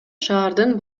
шаардын